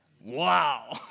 Wow